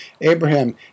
Abraham